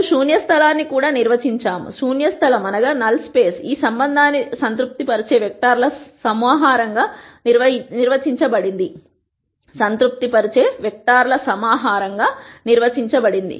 మేము శూన్య స్థలాన్ని కూడా నిర్వచించాము శూన్య స్థలం ఈ సంబంధాన్ని సంతృప్తిపరిచే వెక్టర్ల సమాహారంగా నిర్వచించబడింది